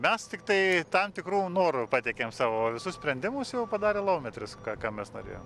mes tiktai tam tikrų norų pateikėm savo o visus sprendimus jau padarė laumetris ką ką mes norėjom